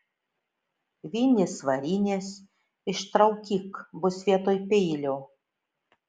vinys varinės ištraukyk bus vietoj peilio